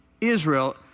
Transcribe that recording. Israel